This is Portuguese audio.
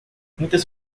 muitas